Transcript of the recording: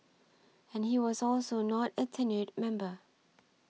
and he was also not a tenured member